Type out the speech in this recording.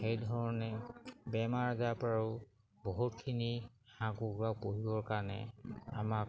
সেইধৰণে বেমাৰ আজাৰৰ পৰাও বহুতখিনি হাঁহ কুকুৰা পুহিবৰ কাৰণে আমাক